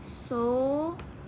so